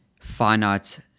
finite